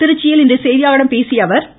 திருச்சியில் இன்று செய்தியாளர்களிடம் பேசிய அவர் எம்